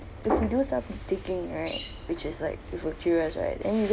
the produce has been taking right which is like we were curious right then we go